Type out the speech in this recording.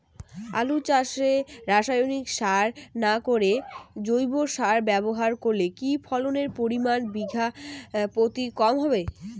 আলু চাষে রাসায়নিক সার না করে জৈব সার ব্যবহার করলে কি ফলনের পরিমান বিঘা প্রতি কম হবে?